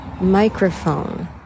microphone